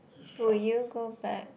would you go back